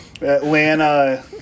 Atlanta